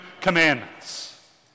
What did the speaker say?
commandments